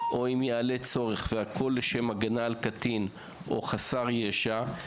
או אם יעלה צורך והכל לשם הגנה על קטין או חסר ישע,